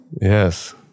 yes